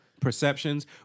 perceptions